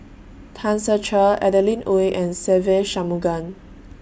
Tan Ser Cher Adeline Ooi and Se Ve Shanmugam